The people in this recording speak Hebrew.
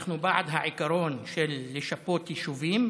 אנחנו בעד העיקרון של לשפות יישובים,